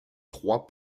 trois